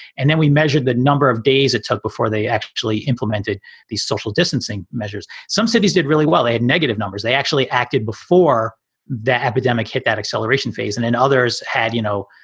and then we measured the number of days it took before they actually implemented these social distancing measures. some cities did really well. they had negative numbers. they actually acted before the epidemic hit that acceleration phase. and and others had, you know,